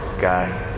guy